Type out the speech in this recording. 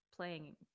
playing